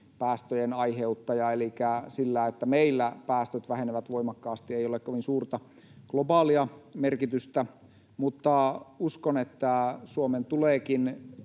päästöjen aiheuttaja, elikkä sillä, että meillä päästöt vähenevät voimakkaasti, ei ole kovin suurta globaalia merkitystä. Mutta uskon, että Suomen tuleekin